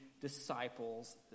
disciples